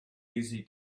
easy